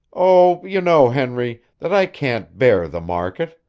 oh, you know, henry, that i can't bear the market.